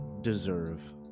deserve